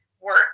work